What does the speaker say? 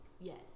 yes